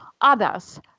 others